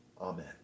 Amen